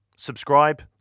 Subscribe